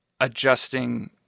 adjusting